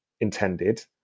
intended